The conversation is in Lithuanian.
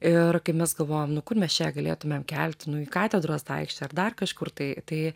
ir kai mes galvojom nu kur mes čia ją galėtumėm kelti nu į katedros aikštę ar dar kažkur tai tai